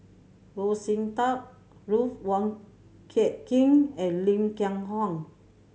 Goh Sin Tub Ruth Wong Hie King and Lim Kiang Hng